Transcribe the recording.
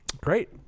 Great